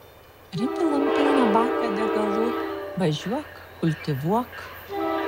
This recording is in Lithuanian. pripilam pilną baką degalų važiuok kultivuok